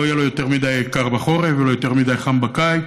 יהיה לו יותר מדי קר בחורף ולא יותר מדי חם בקיץ,